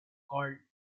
called